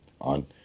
on